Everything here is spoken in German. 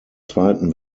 zweiten